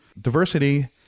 diversity